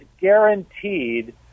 guaranteed